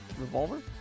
Revolver